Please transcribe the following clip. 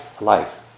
life